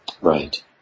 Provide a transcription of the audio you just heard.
Right